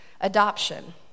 adoption